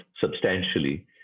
substantially